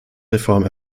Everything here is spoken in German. reformen